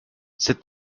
cette